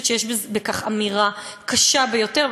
אני חושבת שיש בכך אמירה קשה ביותר,